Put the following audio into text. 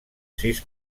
sis